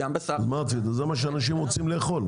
אמרתי זה מה שאנשים רוצים לאכול,